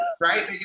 right